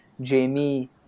Jamie